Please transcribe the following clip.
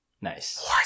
Nice